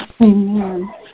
Amen